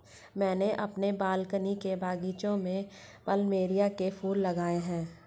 मैंने अपने बालकनी के बगीचे में प्लमेरिया के फूल लगाए हैं